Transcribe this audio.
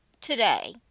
Today